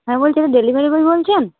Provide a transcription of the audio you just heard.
হ্যাঁ বলছি এটা ডেলিভারি বয় বলছেন